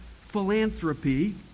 philanthropy